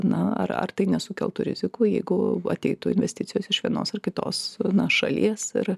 na ar ar tai nesukeltų rizikų jeigu ateitų investicijos iš vienos ar kitos na šalies ir